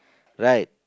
right